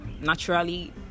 naturally